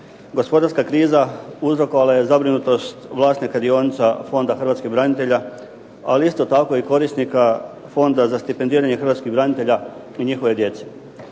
gospodarska kriza uzrokovala je zabrinutost vlasnika dionica Fonda Hrvatskih branitelja, ali isto tako i korisnika Fonda za stipendiranje Hrvatskih branitelja i njihove djece.